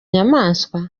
nyamaswa